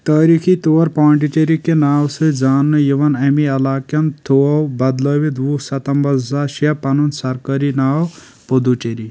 تٲریخی طور پانڈِچیٚری کہِ ناوٕ سۭتۍ زانٛنہٕ یوان، اَمی علاقکٮ۪ن تھوو بدلٲوتھ وُہ ستمبر زٕ ساس شیٚے پنُن سرکٲرِ ناو پُدوٗچری